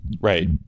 Right